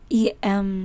em